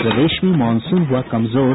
और प्रदेश में मॉनसून हुआ कमजोर